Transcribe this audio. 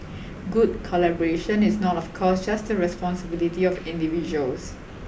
good collaboration is not of course just the responsibility of individuals